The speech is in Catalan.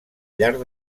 llarg